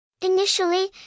Initially